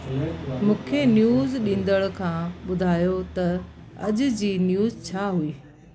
मूंखे न्यूज़ ॾिंदड़ खां ॿुधायो त अॼु जी न्यूज़ छा हुई